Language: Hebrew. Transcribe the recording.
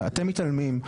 אתם מתעלמים,